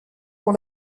pour